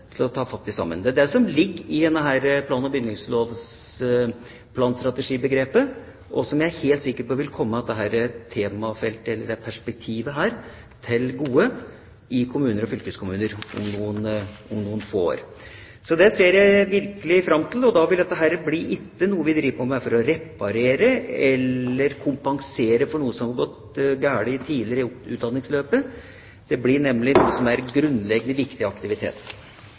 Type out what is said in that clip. ligger i dette begrepet om plan- og bygningslovstrategi, og jeg er helt sikker på at dette perspektivet vil komme kommuner og fylkeskommuner til gode om noen få år. Det ser jeg virkelig fram til. Og da blir ikke dette noe vi driver med for å reparere eller kompensere for noe som har gått galt tidligere i utdanningsløpet; det blir nemlig en grunnleggende viktig aktivitet i seg selv. Bare et par kommentarer til noen innlegg som har vært knyttet til mitt område. Først til Tord Lien angående realfagstrategien. Vi har nettopp lagt fram en ny strategi som er